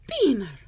Beamer